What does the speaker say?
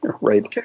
Right